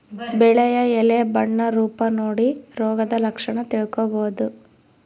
ಬೆಳೆಯ ಎಲೆ ಬಣ್ಣ ರೂಪ ನೋಡಿ ರೋಗದ ಲಕ್ಷಣ ತಿಳ್ಕೋಬೋದು